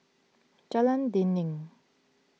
Jalan Dinding